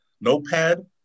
notepad